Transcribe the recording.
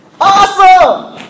AWESOME